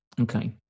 okay